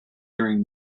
during